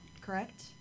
correct